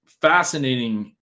fascinating